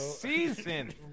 season